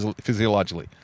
physiologically